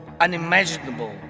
unimaginable